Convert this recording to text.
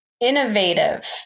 innovative